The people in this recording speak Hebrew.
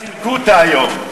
אחת, כבר סילקו אותה היום.